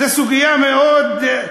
זו סוגיה מאוד,